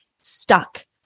stuck